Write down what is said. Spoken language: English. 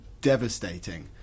devastating